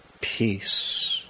Peace